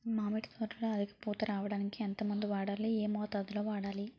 మామిడి తోటలో అధిక పూత రావడానికి ఎంత మందు వాడాలి? ఎంత మోతాదు లో వాడాలి?